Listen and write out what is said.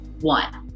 one